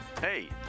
Hey